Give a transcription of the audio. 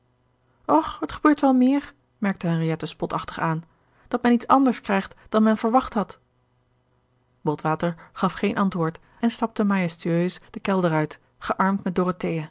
och t gebeurt wel meer merkte henriette spotachtig aan dat men iets anders krijgt dan men verwacht had botwater gaf geen antwoord en stapte majestueus den kelder uit gearmd met